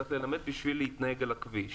צריך ללמד בשביל להתנהג על הכביש.